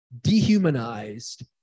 dehumanized